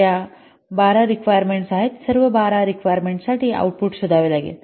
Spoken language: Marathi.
तर या १२ रिक्वायरमेंट्स आहेत सर्व १२ रिक्वायरमेंट्साठी आऊटपुट शोधावे लागेल